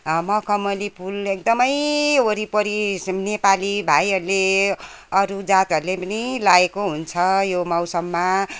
मखमली फुल एकदमै वरिपरि नेपाली भाइहरूले अरू जातहरूले पनि लगाएको हुन्छ यो मौसममा